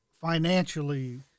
financially